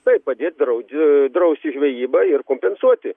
taip padėt draud drausti žvejybą ir kompensuoti